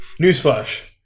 Newsflash